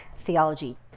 theology